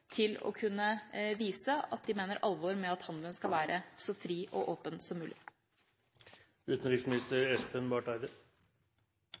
til å kunne vise at de mener alvor med at handelen skal være så fri og åpen som